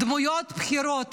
דמויות בכירות